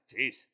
Jeez